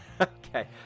Okay